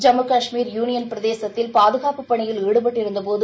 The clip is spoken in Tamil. ஜம்மு காஷ்மீர் யூளியன்பிரதேசத்தில் பாதுகாப்பு பணியில் ஈடுபட்டிருந்த போது